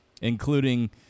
including